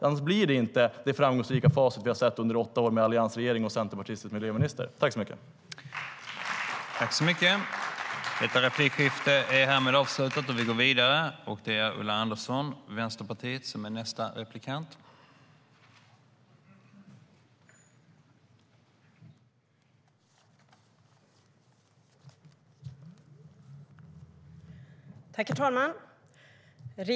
Annars blir det inte det framgångsrika facit vi har sett under åtta år med alliansregering och centerpartistisk miljöminister.